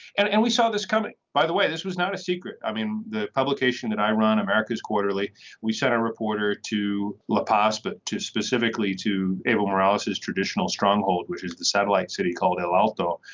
and and we saw this coming by the way. this was not a secret. i mean the publication that i run americas quarterly we sent a reporter to look past it but to specifically to abel morales his traditional stronghold which is the satellite city called el alto.